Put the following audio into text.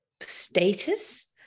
status